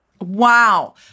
Wow